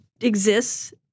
exists